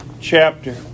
chapter